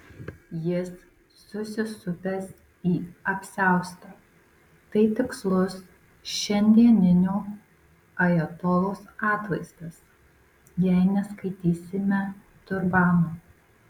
jis susisupęs į apsiaustą tai tikslus šiandieninio ajatolos atvaizdas jei neskaitysime turbano